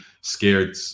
scared